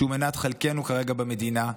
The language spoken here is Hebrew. שהוא מנת חלקנו כרגע במדינה,